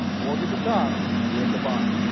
forget the top you at the bottom